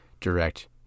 direct